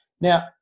Now